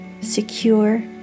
secure